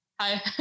Hi